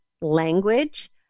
language